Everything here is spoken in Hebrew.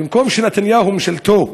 במקום שנתניהו וממשלתו